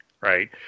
right